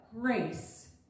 grace